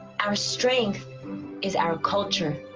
our strength is our culture